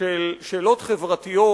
של שאלות חברתיות,